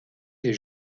des